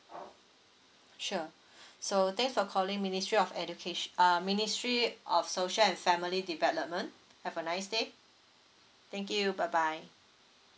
sure so thanks for calling ministry of educa~ uh ministry of social and family development have a nice day thank you bye bye